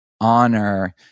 honor